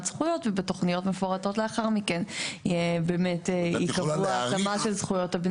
זכויות ובתוכניות מפורטות לאחר מכן יהיה באמת קבוע התאמה של זכויות.